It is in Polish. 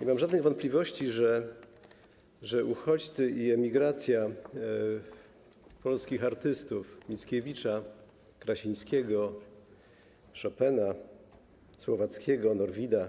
Nie mam żadnych wątpliwości, że uchodźcy i emigracja polskich artystów, Mickiewicza, Krasińskiego, Szopena, Słowackiego, Norwida